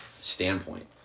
standpoint